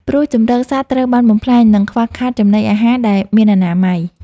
ព្រោះជម្រកសត្វត្រូវបានបំផ្លាញ និងខ្វះខាតចំណីអាហារដែលមានអនាម័យ។